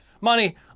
money